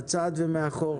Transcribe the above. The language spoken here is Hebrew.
בצד ומאחור